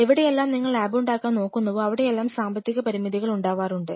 എവിടെയെല്ലാം നിങ്ങൾ ലാബുണ്ടാക്കാൻ നോക്കുന്നുവോ അവിടെയെല്ലാം സാമ്പത്തിക പരിമിതികൾ ഉണ്ടാവാറുണ്ട്